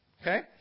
Okay